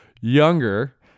younger